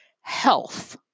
health